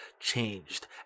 changed